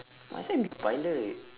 might as well be pilot